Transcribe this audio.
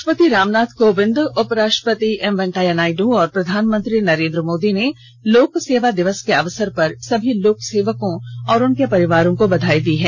राष्ट्रपति रामनाथ कोविंद उप राष्ट्रपति एम वेंकैया नायडू और प्रधानमंत्री नरेन्द्र मोदी ने लोक सेवा दिवस के अवसर पर सभी लोक सेवकों और उनके परिवारों को बधाई दी है